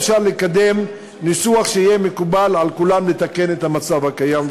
אפשר לקדם ניסוח שיהיה מקובל על כולם כדי לתקן את המצב הקיים.